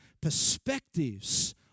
perspectives